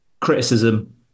criticism